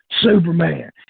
Superman